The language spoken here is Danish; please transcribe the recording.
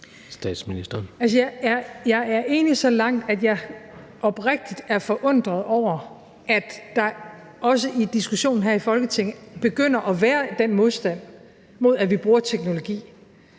Frederiksen): Jeg er enig så langt, at jeg oprigtigt er forundret over, at der også i diskussionen her i Folketinget begynder at være den modstand mod, at vi bruger teknologi.